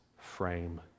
frame